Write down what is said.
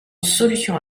solution